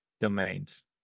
Domains